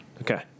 Okay